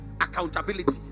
accountability